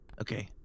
Okay